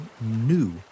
new